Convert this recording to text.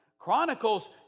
Chronicles